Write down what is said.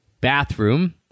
bathroom